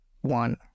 one